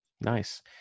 Nice